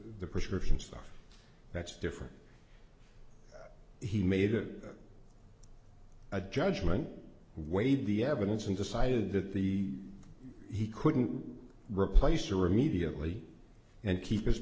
the prescription stuff that's different he made it a judgment weighed the evidence and decided that the he couldn't replace her immediately and keep